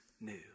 new